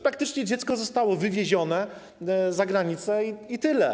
Praktycznie dziecko zostało wywiezione za granicę i tyle.